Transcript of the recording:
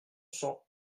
cent